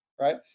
right